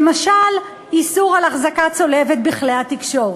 למשל איסור על אחזקה צולבת בכלי התקשורת,